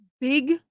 big